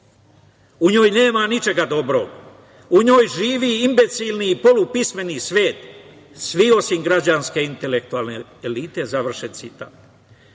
u njoj nema ničega dobro, u njoj živi imbecilni i polupismeni svet, svi osim građanske intelektualne elite, završen